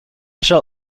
shall